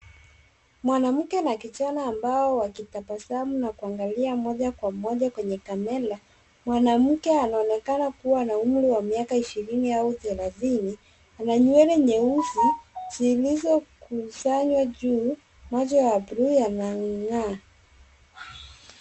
Mwnamke na kijana ambao wakitabasamu na kuangalia moja kwa moja kwenye kamera, mwanamke anaonekana kua na umri wa miaka ishirini au thelathini ana nywele nyeusi zilizokusanywa juu. Macho ya bluu yanang'aa.